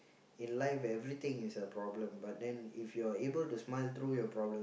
in life everything is a problem but then if you're able to smile through your problems